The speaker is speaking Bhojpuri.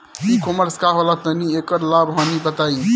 ई कॉमर्स का होला तनि एकर लाभ हानि बताई?